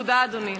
תודה, אדוני.